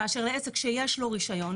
כאשר עסק שיש לו רישיון,